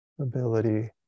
ability